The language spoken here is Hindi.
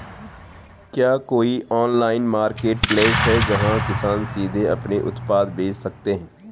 क्या कोई ऑनलाइन मार्केटप्लेस है, जहां किसान सीधे अपने उत्पाद बेच सकते हैं?